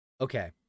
Okay